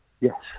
Yes